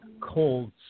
Cold